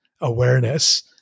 awareness